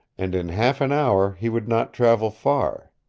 and in half an hour he would not travel far.